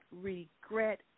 regret